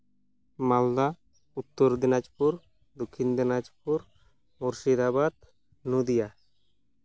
Malda Uttar Dinajpur Dakshin Dinajpur Murshidabad Nadia